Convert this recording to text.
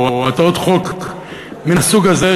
או בהצעות חוק מן הסוג הזה,